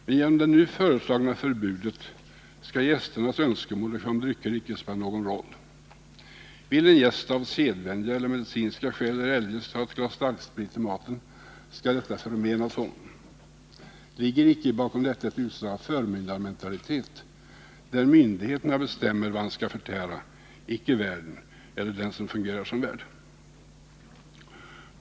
Men genom det nu föreslagna förbudet skall gästens önskemål i fråga om drycker icke spela någon roll. Vill en gäst av sedvänja eller medicinska skäl eller eljest ha ett glas starksprit till maten skall detta förmenas honom. Ligger inte bakom detta ett utslag av en förmyndarmentalitet, där myndigheterna bestämmer vad gästen skall förtära, icke värden eller den som fungerar som värd.